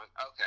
Okay